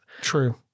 True